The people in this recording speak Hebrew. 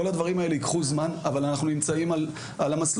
כל הדברים האלה ייקחו זמן אבל אנחנו נמצאים על המסלול.